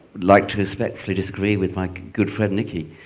like to respectfully disagree with my good friend nicky.